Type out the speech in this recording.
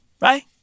Right